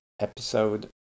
episode